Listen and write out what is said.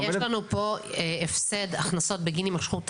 יש לנו פה הפסד הכנסות בגין הימשכות תהליכים.